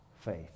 faith